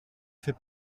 fait